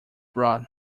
brought